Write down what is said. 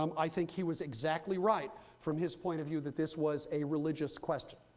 um i think he was exactly right from his point of view that this was a religious question.